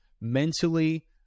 mentally